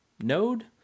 Node